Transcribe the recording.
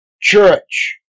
church